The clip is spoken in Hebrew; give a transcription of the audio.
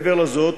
מעבר לזאת,